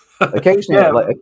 occasionally